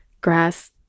grass